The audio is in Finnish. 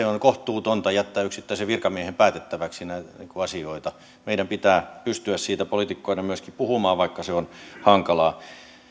on kohtuutonta jättää yksittäisen virkamiehen päätettäväksi näitä asioita meidän pitää pystyä siitä poliitikkoina myöskin puhumaan vaikka se on hankalaa